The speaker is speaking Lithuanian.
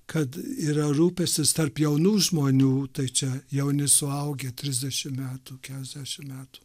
kad yra rūpestis tarp jaunų žmonių tai čia jauni suaugę trisdešim metų keletą metų